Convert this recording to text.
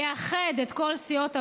יאחד את כל סיעות הבית.